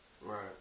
Right